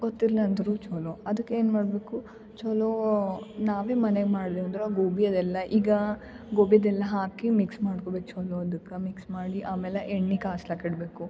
ಗೊತ್ತಿರಲ್ಲ ಅಂದರು ಚೊಲೋ ಅದಕ್ಕೆ ಏನು ಮಾಡಬೇಕು ಚೊಲೋ ನಾವೆ ಮನೇಯಾಗ್ ಮಾಡಿದ್ರು ಗೋಬಿ ಅದೆಲ್ಲಾ ಈಗ ಗೋಬಿದೆಲ್ಲ ಹಾಕಿ ಮಿಕ್ಸ್ ಮಾಡ್ಕೋಬೇಕು ಚೊಲೋ ಅದಕ್ಕೆ ಮಿಕ್ಸ್ ಮಾಡಿ ಆಮೇಲೆ ಎಣ್ಣೆ ಕಾಸ್ಲಾಕೆ ಇಡಬೇಕು